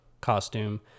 costume